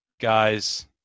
guys